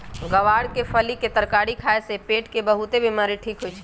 ग्वार के फली के तरकारी खाए से पेट के बहुतेक बीमारी ठीक होई छई